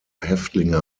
häftlinge